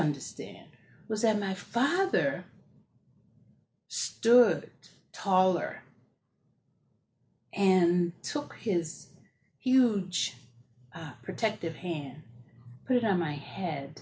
understand was that my father stood taller and took his huge protective hand put it on my head